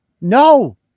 No